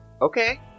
okay